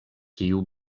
kiu